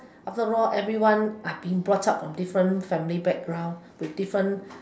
after all everyone are being brought up from different family background with different